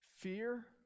Fear